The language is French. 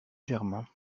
germain